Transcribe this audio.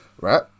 right